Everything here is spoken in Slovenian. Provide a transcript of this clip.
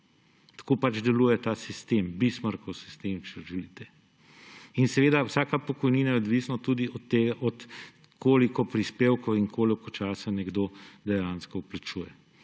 Tako pač deluje ta sistem, Bismarckov sistem, če želite. Seveda vsaka pokojnina je odvisna tudi od tega, koliko prispevkov in koliko časa nekdo dejansko vplačuje.